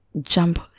jump